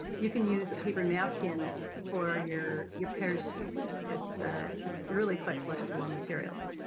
you can use a paper napkin for your your parachute it's it's really quite flexible on materials.